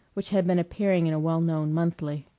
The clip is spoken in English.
which had been appearing in a well-known monthly.